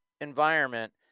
environment